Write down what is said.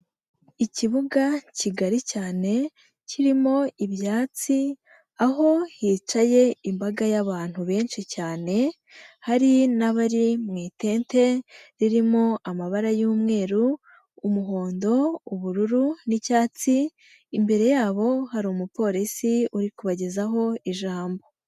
Ikibuga kigari cyane kirimo ibyatsi aho hicaye imbaga y'abantu benshi cyane, hari n'abari mu itente ririmo amabara y'umweru, umuhondo, ubururu n'icyatsi, imbere yabo hari umupolisi uri kubagezaho ijambo.